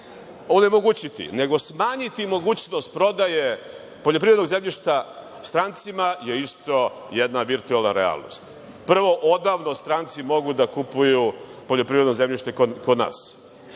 propisi koji će smanjiti mogućnost prodaje poljoprivrednog zemljišta strancima je isto jedna virtuelna realnost. Prvo, odavno stranci mogu da kupuju poljoprivredno zemljište kod nas